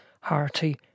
hearty